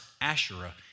Asherah